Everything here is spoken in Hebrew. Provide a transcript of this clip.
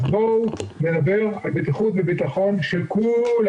בואו נדבר על בטיחות וביטחון של כולם,